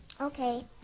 Okay